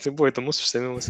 tai buvo įdomus užsiėmimas